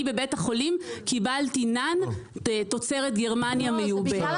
אני בבית החולים קיבלתי NAN תוצרת גרמניה מיובא.